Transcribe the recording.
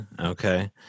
okay